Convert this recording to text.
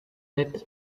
letter